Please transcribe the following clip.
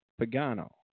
Pagano